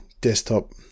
desktop